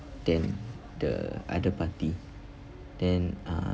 than the other party then uh